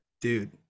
Dude